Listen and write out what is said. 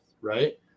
right